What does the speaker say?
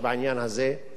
יש בעיה חמורה,